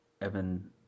Evan